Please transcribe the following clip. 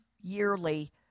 yearly